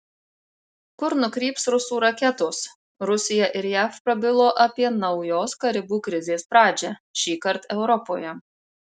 kur nukryps rusų raketos rusija ir jav prabilo apie naujos karibų krizės pradžią šįkart europoje